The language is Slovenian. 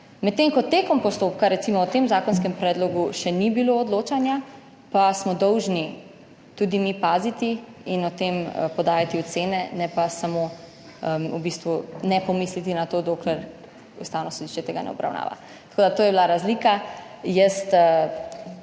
Medtem ko med postopkom o tem zakonskem predlogu še ni bilo odločanja, pa smo dolžni tudi mi paziti in o tem podajati ocene, ne pa samo v bistvu ne pomisliti na to dokler Ustavno sodišče tega ne obravnava. Tako da to je bila razlika. Jaz